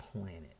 planet